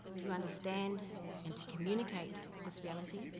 to understand and to communicate this reality,